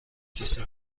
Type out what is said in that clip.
کسی